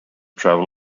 travel